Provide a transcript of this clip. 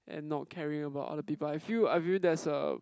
and not caring about other people I feel I feel there's a